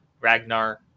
Ragnar